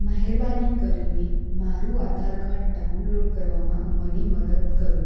મહેરબાની કરીને મારું આધાર કાડ ડાઉનલોડ કરવામાં મને મદદ કરો